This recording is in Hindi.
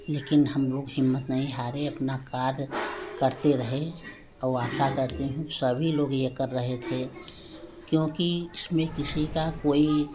लेकिन हम लोग हिम्मत नहीं हारे अपना कार्य करते रहे अब आशा करती हूँ सभी लोग यह कर रहे थे क्योंकि इस में किसी का कोई